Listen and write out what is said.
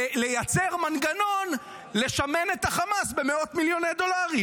ולייצר מנגנון לשמן את חמאס במאות מיליוני דולרים,